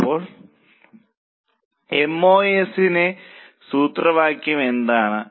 ഇപ്പോൾ M O S ന്റെ സൂത്രവാക്യം എന്താണ്